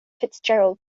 fitzgerald